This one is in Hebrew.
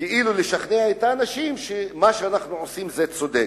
כדי לשכנע אנשים שמה שאנחנו עושים זה צודק,